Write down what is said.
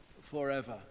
forever